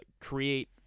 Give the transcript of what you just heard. create